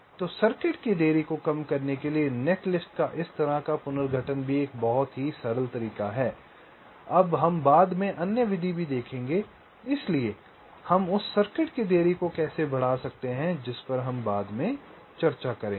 तो सर्किट की देरी को कम करने के लिए नेटलिस्ट का इस तरह का पुनर्गठन भी एक बहुत ही सरल तरीका है अब हम बाद में अन्य विधि भी देखेंगे इसलिए हम उस सर्किट की देरी को कैसे बढ़ा सकते हैं जिस पर हम बाद में चर्चा करेंगे